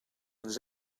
ens